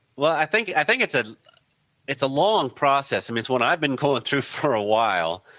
well i think i think it's ah it's a long process. i mean it's what i have been going through for a while.